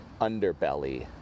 underbelly